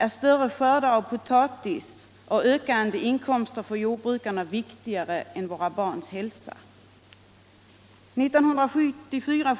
om större skördar av potatis och ökande inkomster för jordbrukarna är viktigare än våra barns hälsa.